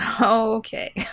Okay